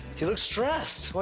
you look stressed!